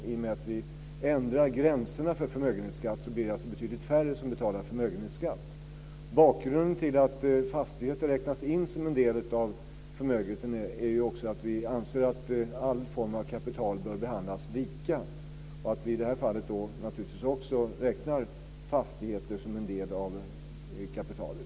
I och med att vi ändrar gränsen för förmögenhetsskatt blir det alltså betydligt färre som betalar förmögenhetsskatt. Bakgrunden till att fastigheter räknas in som en del av förmögenheten är att vi anser att all form av kapital bör behandlas lika. I det här fallet räknar vi därför fastigheter som en del av kapitalet.